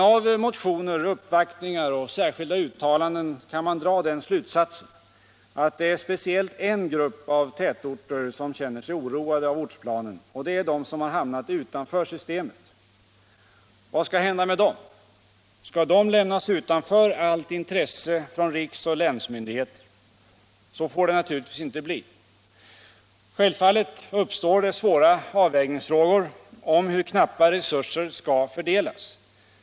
Av motioner, uppvaktningar och skilda uttalanden kan man dra den slutsatsen att det är speciellt en grupp av tätorter som känner sig oroade av — Samordnad ortsplanen, och det är de som har hamnat utanför systemet. Vad skall hända = sysselsättnings och med dem? Skall de lämnas utanför allt intresse från riks och länsmyndighe = regionalpolitik ter? Så får det naturligtvis inte bli. Självfallet uppstår det svåra avvägningsfrågor om hur knappa resurser skall fördelas.